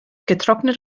getrocknet